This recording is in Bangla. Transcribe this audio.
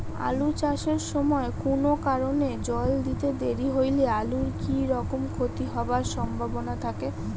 আলু চাষ এর সময় কুনো কারণে জল দিতে দেরি হইলে আলুর কি রকম ক্ষতি হবার সম্ভবনা থাকে?